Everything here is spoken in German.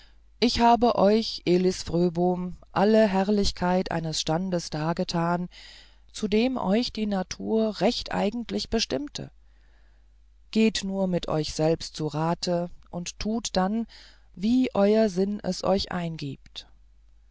ich habe euch elis fröbom alle herrlichkeit eines standes dargetan zu dem euch die natur recht eigentlich bestimmte geht nur mit euch selbst zu rate und tut dann wie euer sinn es euch eingibt